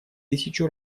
тысячу